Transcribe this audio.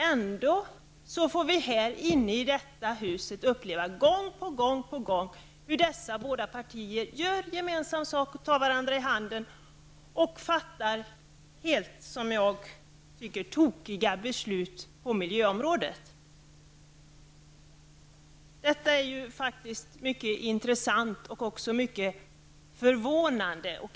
Ändå får vi här inne i detta hus uppleva gång på gång hur dessa båda partier gör gemensam sak, tar varandra i handen och fattar, som jag tycker, helt tokiga beslut på miljöområdet. Detta är faktiskt mycket intressant och också förvånande.